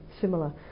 similar